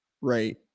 right